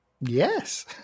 Yes